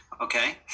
Okay